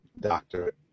doctor